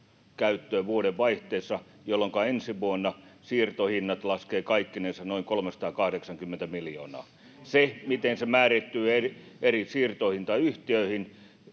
käyttöön vuodenvaihteessa, jolloinka ensi vuonna siirtohinnat laskevat kaikkinensa noin 380 miljoonaa. Sitä, miten se määrittyy eri siirtoihin tai yhtiöihin,